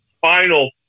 final